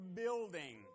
building